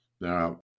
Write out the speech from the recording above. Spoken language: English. Now